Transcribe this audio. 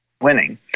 winning